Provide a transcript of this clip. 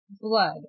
blood